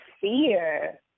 fear